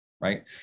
right